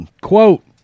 Quote